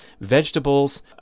vegetables